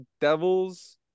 Devils